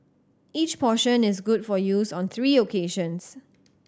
each portion is good for use on three occasions